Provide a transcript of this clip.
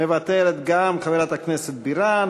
מוותרת גם, חברת הכנסת בירן.